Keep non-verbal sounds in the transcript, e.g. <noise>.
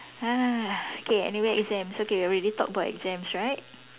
<breath> okay anyway exams okay we already talked about exams right